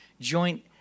joint